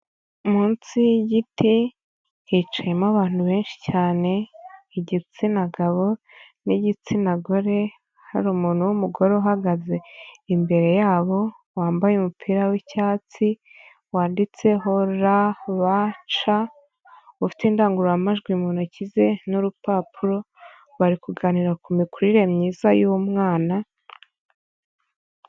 Munsi y'igiti hicayemo abantu benshi cyane, igitsina gabo n'igitsina gore, hari umuntu w'umugore uhagaze imbere yabo, wambaye umupira w'icyatsi, wanditseho RBC, ufite indangururamajwi mu ntoki ze n'urupapuro, bari kuganira ku mikurire myiza y'umwana.